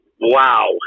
Wow